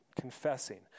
Confessing